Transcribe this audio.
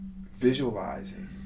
visualizing